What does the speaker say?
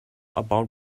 about